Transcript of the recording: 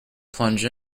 plunge